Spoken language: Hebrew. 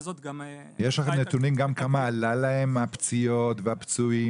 יש לכם נתונים גם כמה עלה להם הפציעות והפצועים